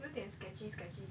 有点 sketchy sketchy